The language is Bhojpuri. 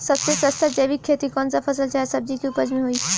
सबसे सस्ता जैविक खेती कौन सा फसल चाहे सब्जी के उपज मे होई?